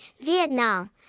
vietnam